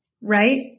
right